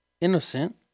innocent